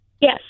Yes